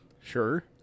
Sure